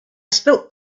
spilled